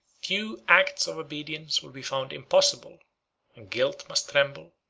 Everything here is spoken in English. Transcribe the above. few acts of obedience will be found impossible and guilt must tremble,